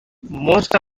most